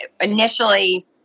initially